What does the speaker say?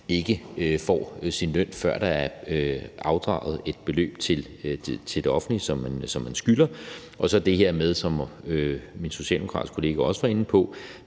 ikke får sin løn, før der er afdraget et beløb til det offentlige, som man skylder. Og så er der det her med, som min socialdemokratiske kollega også var inde på,